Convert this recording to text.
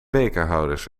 bekerhouders